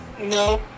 No